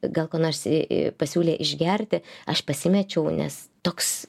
gal ko nors į į pasiūlė išgerti aš pasimečiau nes toks